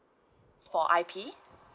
for I_P